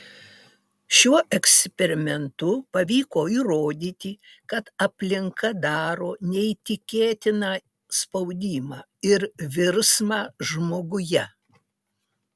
šiuo eksperimentu pavyko įrodyti kad aplinka daro neįtikėtiną spaudimą ir virsmą žmoguje